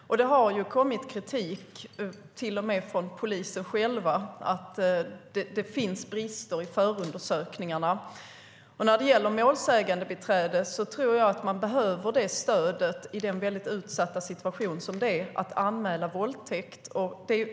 Det har kommit kritik, till och med från poliser själva, om att det finns brister i förundersökningarna. När det gäller målsägandebiträde tror jag att man behöver det stödet i den väldigt utsatta situation det innebär att anmäla en våldtäkt.